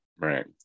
right